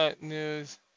news